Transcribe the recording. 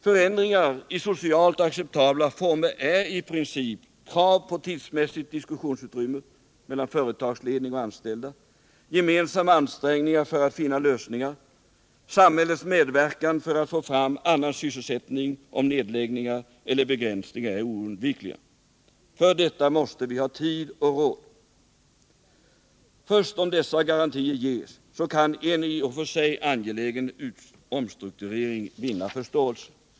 Förändringar i socialt acceptabla former är i princip krav på tidsmässigt diskussionsutrymme mellan företagsledning och anställda, gemensamma ansträngningar för att finna lösningar, samhällets medverkan för att få fram annan sysselsättning om nedläggningar eller begränsningar är oundvikliga. För detta måste vi ha tid och råd. Först om dessa garantier ges kan en i och för sig angelägen omstrukturering finna förståelse.